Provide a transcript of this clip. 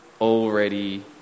already